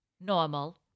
normal